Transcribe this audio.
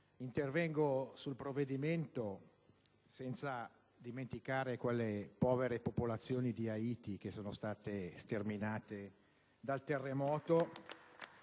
intervengo sul provvedimento senza dimenticare le povere popolazioni di Haiti che sono state sterminate dal terremoto.